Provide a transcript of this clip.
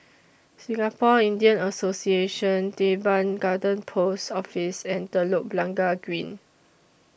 Singapore Indian Association Teban Garden Post Office and Telok Blangah Green